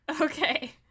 Okay